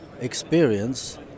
experience